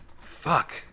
Fuck